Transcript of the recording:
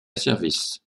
services